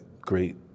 great